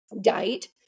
date